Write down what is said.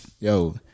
Yo